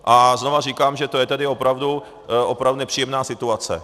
A znovu říkám, že to je tedy opravdu nepříjemná situace.